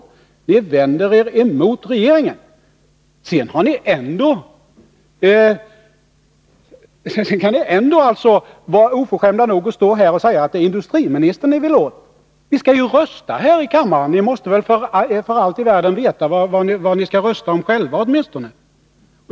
Ni vänder er mot regeringen. Sedan kan ni ändå vara oförskämda nog att stå här och säga att det är industriministern ni vill åt. Vi skall ju rösta här i kammaren. Ni måste väl för allt i världen veta vad ni skall rösta om själva åtminstone.